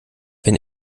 wenn